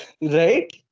Right